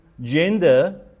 gender